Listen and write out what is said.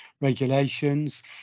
regulations